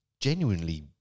genuinely